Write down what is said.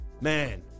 man